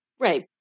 Right